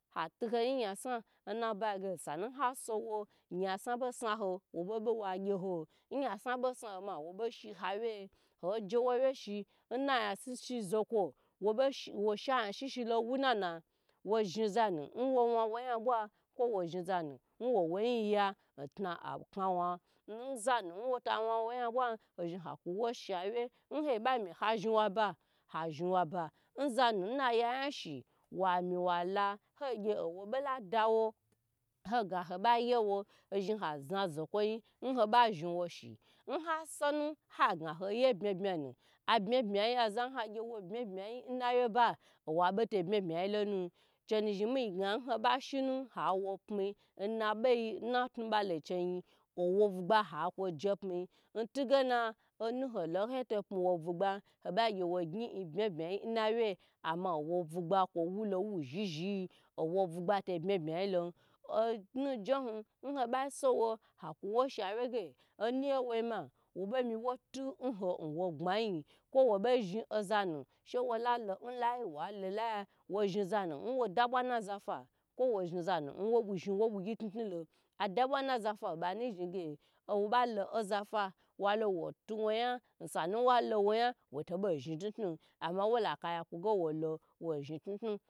Hati hoyi yasna n na bayi sanu ha suwo yasan bo saho wobe be wagye ho n yasa saho ma wo bo shi ho wye ho je wo wye she n na ya shi shi zokwo woshi yashi shilo wunana wo zhi za nu nwo wo yin ya n'tna akna wan nza nu nwota wa woyi abwan haku wo sha wye nho ba mi ha zhn wa ba ha zhi wa ba nza nu n na ya ya shi wa mi wala owo bo lada ha ho ga hoba lawa zhn ha zh zokwo yi nho ba zhn wo shi, nha sonu ha ga ho yi n bma bma tu bma bma yi az a hogye n nawye ba owa buto bma bma yi lonu chenu zhn mi ga hoba sonu ha wo pmi n na boyi nma twuba lo cheyi owo bagba hakwo je pmi nti gena onu holo mhoto pmi wo gbu gba na wye amo owo ba bagba lo wu zhi zhi yi owo bugba to bma bma a yi lon onu njohu nho ba sowu hakwu wo shewe ge oniye woi ma wo bo mi wo ti ho nho gbayiyi kwo wo bo zhi ozanu bhe wo la lo layi wa lo laya wo zhn zanu nwo da bwa na zafa kwo wo zhn za nu nwo zhn wo bai gyo tnu tnu lo ada bwa naza fa obanu zha ge wo ka ba aza fa walo wotu woya wata zhn mu tnu ama wola akaya ku ge wolo wo zhn tnu tnu.